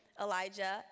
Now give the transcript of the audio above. Elijah